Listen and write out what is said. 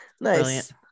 Nice